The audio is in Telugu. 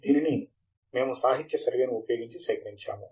దీనిని మేము సాహిత్య సర్వేను ఉపయోగించి సేకరించాము